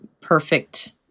perfect